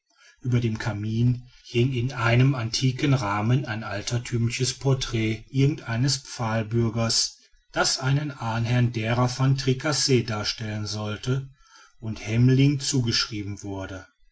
ueber dem kamin hing in einem antiken rahmen ein alterthümliches portrait irgend eines pfahlbürgers das einen ahnherrn derer van tricasse darstellen sollte und hemling zugeschrieben wurde